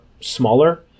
smaller